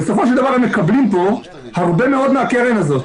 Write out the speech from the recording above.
בסופו של דבר הם מקבלים פה הרבה מאוד מהקרן הזאת.